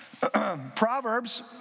Proverbs